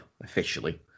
officially